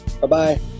Bye-bye